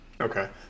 Okay